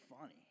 funny